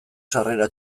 sarrera